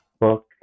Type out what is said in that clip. book